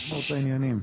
לגמור את העניינים.